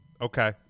Okay